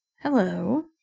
Hello